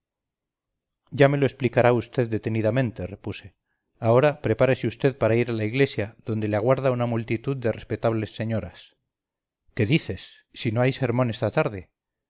ya me lo explicará vd detenidamente repuse ahora prepárese vd para ir a la iglesia donde le aguarda una multitud de respetables señoras qué dices si no hay sermón esta tarde